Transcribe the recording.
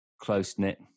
close-knit